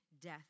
death